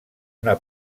una